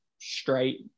straight